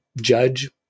judge